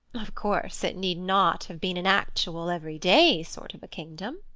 of course it need not have been an actual, every-day sort of a kingdom.